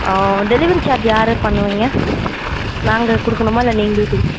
ஆ delivery charge யார் பண்ணுவீங்க நாங்கள் கொடுக்கணுமா இல்லை நீங்களே